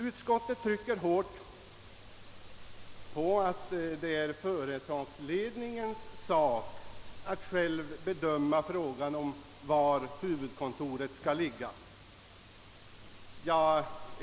Utskottet trycker hårt på att det är företagsledningens sak att själv bedöma frågan om var huvudkontoret skall ligga.